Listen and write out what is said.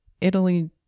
Italy